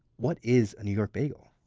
what is a new york bagel?